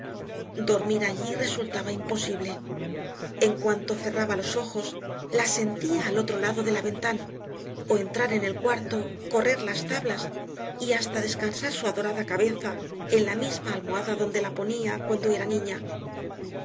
dormir allí resultaba imposible en cuanto cerraba los ojos la sentía al otro lado de la ventana o entrar en el cuarto correr las tablas y hasta descansar su adorada cabeza en la misma almohada donde la ponía cuando era niña